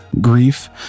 grief